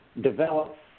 develop